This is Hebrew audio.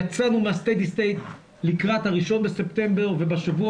יצאנו מה- steady stateלקראת ה-1 בספטמבר ובשבוע